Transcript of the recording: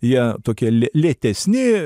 jie tokie lė lėtesni